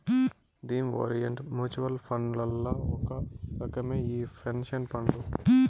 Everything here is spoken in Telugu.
థీమ్ ఓరిఎంట్ మూచువల్ ఫండ్లల్ల ఒక రకమే ఈ పెన్సన్ ఫండు